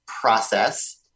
process